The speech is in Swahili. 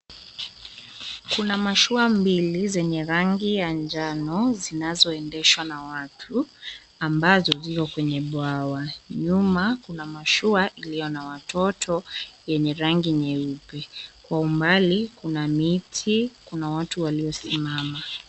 Kuna mashua mbili zenye rangi ya njano zinazoendeshwa na watu, ambazo ziko kwenye bwawa. Nyuma, kuna mashua iliyo na watoto yenye rangi nyeupe. Kwa umbali kuna miti, kuna watu waliosimama.